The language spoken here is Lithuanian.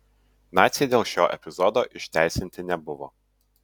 naciai dėl šio epizodo išteisinti nebuvo